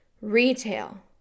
retail